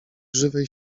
żywej